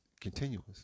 continuous